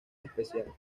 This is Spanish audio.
especial